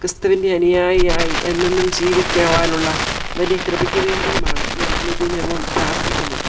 ക്രിസ്തുവിൻ്റെ അനുയായിയായി എന്നെന്നും ജീവിക്കുവാനുള്ള വലിയ കൃപയ്ക്കു വേണ്ടിയുമാണ് ഞാനനുദിനവും പ്രാർത്ഥിക്കുന്നത്